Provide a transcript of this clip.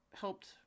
helped